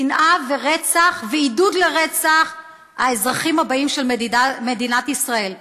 שנאה ורצח ועידוד לרצח האזרחים הבאים של מדינת ישראל.